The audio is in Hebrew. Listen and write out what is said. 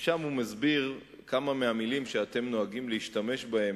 שם הוא מסביר כמה מהמלים שאתם נוהגים להשתמש בהן,